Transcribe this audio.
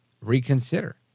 Reconsider